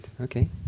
okay